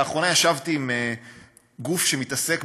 לאחרונה ישבתי עם גוף שמתעסק,